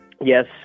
Yes